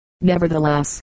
nevertheless